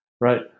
Right